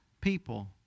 people